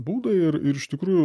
būdai ir ir iš tikrųjų